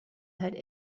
had